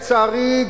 לצערי,